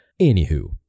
Anywho